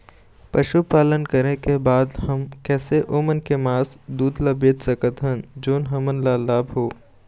पशुपालन करें के बाद हम कैसे ओमन के मास, दूध ला बेच सकत हन जोन हमन ला लाभ हो?